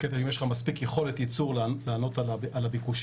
אם יש לך מספיק יכולת ייצור לענות על הביקושים.